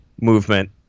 movement